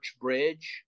Bridge